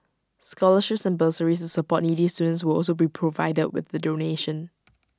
scholarships and bursaries support needy students will also be provided with the donation